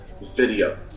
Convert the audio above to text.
video